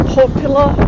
popular